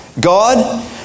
God